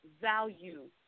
value